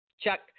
Chuck